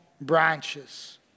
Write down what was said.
branches